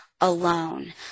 alone